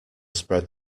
spread